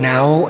Now